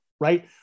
right